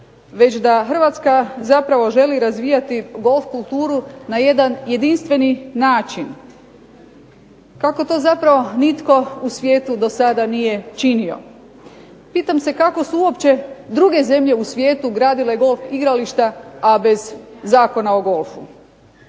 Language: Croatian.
već da Hrvatska zapravo želi razvijati golf kulturu na jedan jedinstveni način kako to zapravo nitko u svijetu dosada nije činio. Pitam se kako su uopće druge zemlje u svijetu gradile golf igrališta, a bez Zakona o golfu?